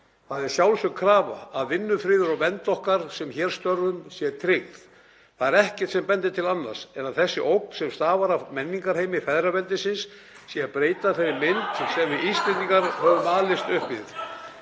Það er sjálfsögð krafa að vinnufriður og vernd okkar sem hér störfum sé tryggð. Það er ekkert sem bendir til annars en að þessi ógn sem stafar af menningarheimi feðraveldisins sé að breyta þeirri mynd sem við Íslendingar (Gripið